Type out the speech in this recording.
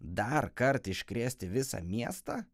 dar kartą iškrėsti visą miestą